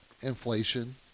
Inflation